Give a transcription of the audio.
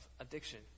addiction